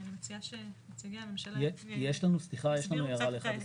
אני מציעה שנציגי הממשלה --- יש לנו הערה לאחד הסעיפים.